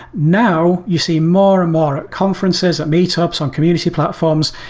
now, you see more and more conferences and meet ups on community platforms.